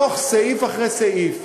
סעיף אחרי סעיף,